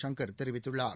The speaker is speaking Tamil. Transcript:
சங்கர் தெரிவித்துள்ளார்